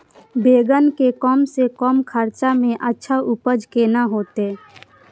बेंगन के कम से कम खर्चा में अच्छा उपज केना होते?